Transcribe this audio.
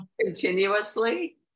continuously